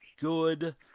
good